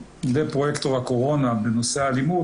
לפרויקטור הקורונה בנושא האלימות.